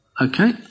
okay